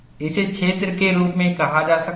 इसे क्षेत्र के रूप में कहा जा सकता है